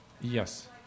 Yes